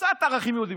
קצת ערכים יהודיים?